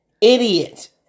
Idiot